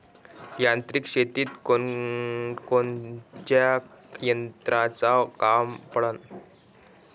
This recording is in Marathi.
यांत्रिक शेतीत कोनकोनच्या यंत्राचं काम पडन?